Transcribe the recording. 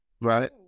right